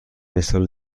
مثال